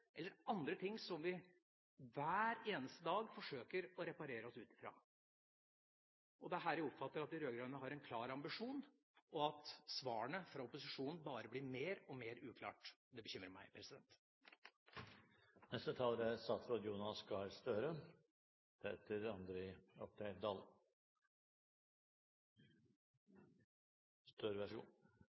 eller andre ting som vi hver eneste dag forsøker å reparere oss ut av. Det er her jeg oppfatter at de rød-grønne har en klar ambisjon, og at svarene fra opposisjonen bare blir mer og mer uklare. Det bekymrer meg. Vi diskuterer budsjett og detaljer og mekanismer, og det er